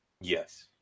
Yes